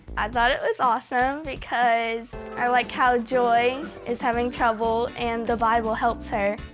i thought it was awesome, because i like how joy is having trouble and the bible helps her.